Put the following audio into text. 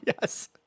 Yes